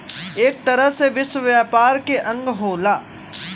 एक तरह से विश्व व्यापार के अंग होला